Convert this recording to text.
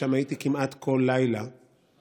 ששם הייתי כמעט כל לילה וראיתי